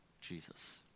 Jesus